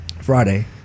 Friday